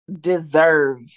deserve